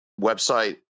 website